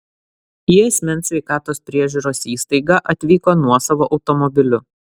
į asmens sveikatos priežiūros įstaigą atvyko nuosavu automobiliu